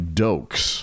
dokes